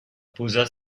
posa